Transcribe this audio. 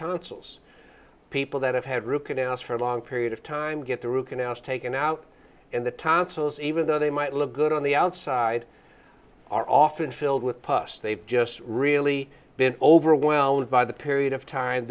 tonsils people that have had root canals for a long period of time get the root canals taken out and the tonsils even though they might look good on the outside are often filled with pus they've just really been overwhelmed by the period of time